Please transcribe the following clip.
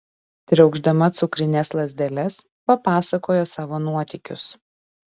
triaukšdama cukrines lazdeles papasakojo savo nuotykius